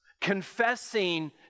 confessing